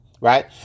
right